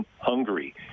Hungary